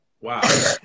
wow